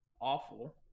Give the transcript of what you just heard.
awful